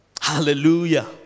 Hallelujah